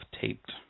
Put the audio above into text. taped